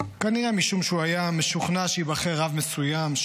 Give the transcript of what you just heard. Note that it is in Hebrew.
כנראה משום שהוא היה משוכנע שייבחר רב מסוים,